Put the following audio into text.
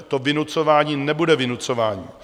To vynucování nebude vynucování.